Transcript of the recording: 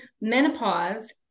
menopause